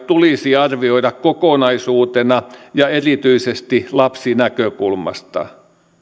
tulisi arvioida kokonaisuutena ja erityisesti lapsinäkökulmasta